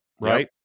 right